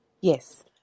yes